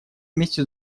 вместе